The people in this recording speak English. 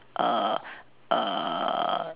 err err